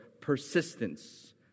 persistence